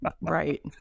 Right